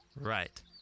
Right